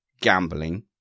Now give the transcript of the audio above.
gambling